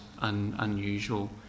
unusual